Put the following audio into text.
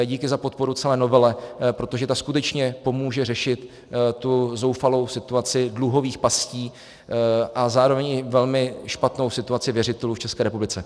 Díky za podporu celé novele, protože ta skutečně pomůže řešit zoufalou situaci dluhových pastí a zároveň i velmi špatnou situaci věřitelů v České republice.